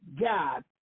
God